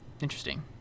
interesting